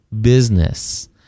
business